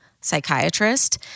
psychiatrist